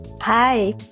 Hi